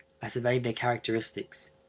i surveyed their characteristics.